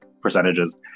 percentages